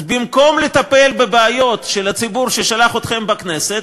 אז במקום לטפל בבעיות של הציבור ששלח אתכם לכנסת,